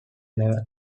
level